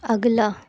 अगला